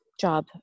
job